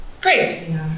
Great